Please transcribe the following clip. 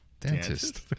Dentist